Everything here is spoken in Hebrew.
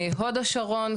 הוד השרון,